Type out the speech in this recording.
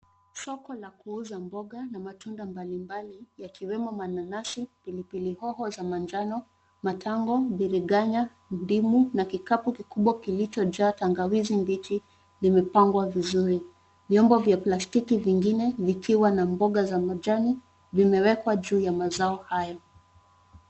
Soko la kuuza mboga na matunda mbalimbali yakiwemo mananasi, pilipili hoho za majano, matango, biringanya, ndimu na kikapu kikubwa kilichojaa tangawizi mbichi limepangwa vizuri. Vyombo vya plastiki vingine vikiwa na mboga za majani vimewekwa juu ya mazao hayo.